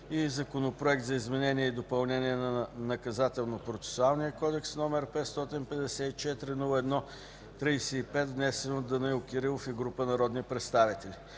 законопроект за изменение и допълнение на Наказателно-процесуалния кодекс № 554-01-34, внесен от Данаил Димитров Кирилов и група народни представители